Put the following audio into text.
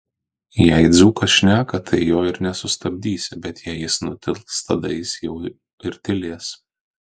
jei dzūkas šneka tai jo ir nesustabdysi bet jei jis nutils tada jis jau ir tylės